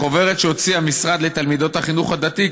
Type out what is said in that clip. בחוברת שהוציא המשרד לתלמידות החינוך הדתי,